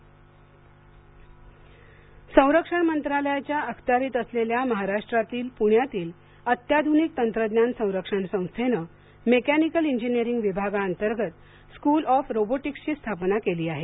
school of robotics संरक्षण मंत्रालयाच्या अखत्यारीत असलेल्या महाराष्ट्रातील पुण्यातील अत्याधुनिक तंत्रज्ञान संरक्षण संस्थेनं मेकॅनिकल इंजिनिअरिंग विभागाअंतर्गत स्कूल ऑफ रोबोटिक्सची स्थापना केली आहे